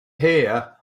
here